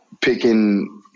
picking